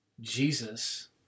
Jesus